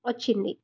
వచ్చింది